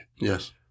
Yes